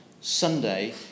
Sunday